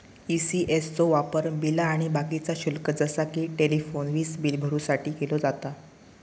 ECS चो वापर बिला आणि बाकीचा शुल्क जसा कि टेलिफोन, वीजबील भरुसाठी केलो जाता